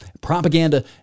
propaganda